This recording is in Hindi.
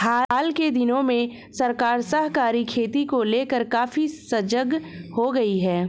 हाल के दिनों में सरकार सहकारी खेती को लेकर काफी सजग हो गई है